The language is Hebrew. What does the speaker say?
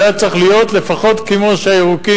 זה היה צריך להיות לפחות כמו שהירוקים,